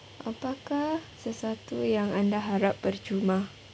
apakah sesuatu yang anda harap percuma